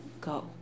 go